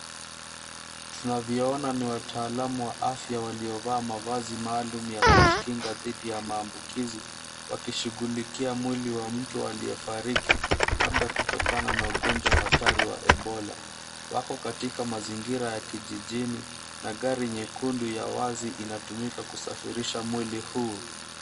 Tunavyoona ni wataamu wa afya waliovaa mavazi maalum ya kujikinga dhidi ya maambukizi wakishughulikia mwili wa mtu aliyefariki labda kutokana na ugonjwa hatari wa ebola. Wako katika mazingira ya kijijini na gari nyekundu ya wazi inatumika kusafirisha mwili huu.